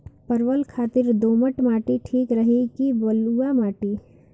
परवल खातिर दोमट माटी ठीक रही कि बलुआ माटी?